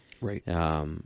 Right